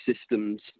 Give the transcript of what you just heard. systems